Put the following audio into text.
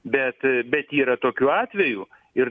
bet bet yra tokių atvejų ir